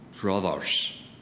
brothers